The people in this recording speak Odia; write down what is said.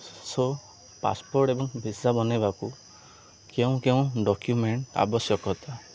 ସୋ ପାସ୍ପୋର୍ଟ୍ ଏବଂ ଭିସା ବନାଇବାକୁ କେଉଁ କେଉଁ ଡକ୍ୟୁମେଣ୍ଟ୍ ଆବଶ୍ୟକ